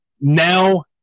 now